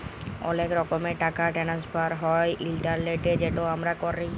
অলেক রকমের টাকা টেনেসফার হ্যয় ইলটারলেটে যেট আমরা ক্যরি